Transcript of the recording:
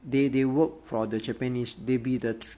they they work for the japanese they be the